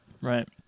right